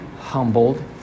humbled